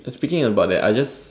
speaking about that I just